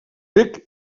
bec